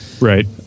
Right